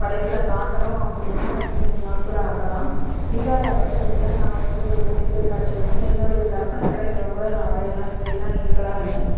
படைப்பில் காட்டணும் அப்படின்னா ரெண்டு மூணு நாள் கூட ஆகலாம் இல்லாத பட்சத்தில் நான் வந்து ஒரு இயற்கை காட்சியை வந்து என்னுடைய கற்பனைத்திறனில் கூட நான் வரையலாம் அப்படிலாம் இருக்கலாம்னு